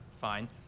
fine